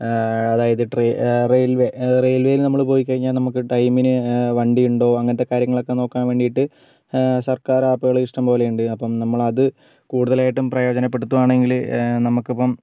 അതായത് ട്രെയി റെയിൽ വേയിൽ നമ്മൾ പോയിക്കഴിഞ്ഞാൽ നമുക്ക് ടൈമിന് വണ്ടി ഉണ്ടോ അങ്ങനത്തേ കാര്യങ്ങളൊക്കേ നോക്കാൻ വേണ്ടിയിട്ട് സർക്കാർ ആപ്പുകൾ ഇഷ്ടംപോലെയുണ്ട് അപ്പം നമ്മൾ അത് കൂടുതലായിട്ടും പ്രയോജനപെടുത്തുകയാണെങ്കിൽ നമുക്ക് ഇപ്പം